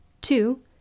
two